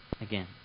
Again